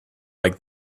like